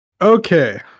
Okay